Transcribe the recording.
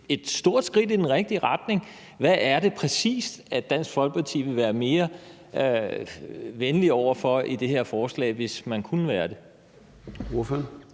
et stort skridt i den rigtige retning. Hvad er det præcis, Dansk Folkeparti ville være mere venlige over for i det her forslag, hvis man kunne være det?